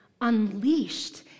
unleashed